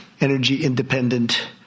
energy-independent